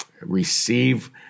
receive